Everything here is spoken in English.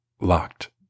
locked